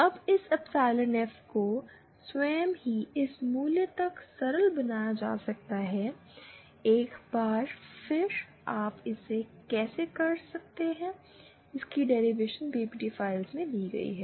अब इस epsilon F को स्वयं ही इस मूल्य तक सरल बनाया जा सकता है एक बार फिर आप इसे कैसे कर रहे हैं इसकी डेरिवेशन पीपीटी फाइलों में दी गई है